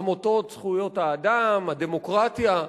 עמותות זכויות האדם, הדמוקרטיה.